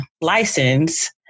license